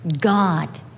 God